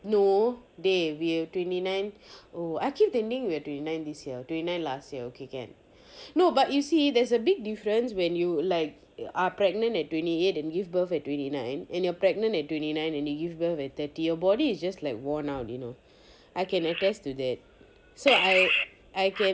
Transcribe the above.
no they we're twenty nine oh I keep thinking where twenty nine this year twenty nine last year okay can no but you see there's a big difference when you like are pregnant at twenty eight and give birth at twenty nine and you're pregnant and twenty nine and you give birth and thirty your body is just like worn out you know I can attest to that so I I can